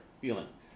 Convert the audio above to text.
feelings